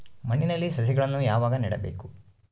ಮಣ್ಣಿನಲ್ಲಿ ಸಸಿಗಳನ್ನು ಯಾವಾಗ ನೆಡಬೇಕು?